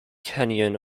canyon